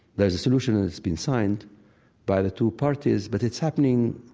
there's a solution and it's been signed by the two parties, but it's happening.